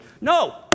No